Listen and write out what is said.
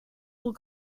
will